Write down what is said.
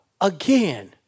again